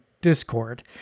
Discord